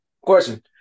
Question